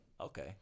Okay